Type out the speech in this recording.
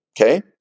Okay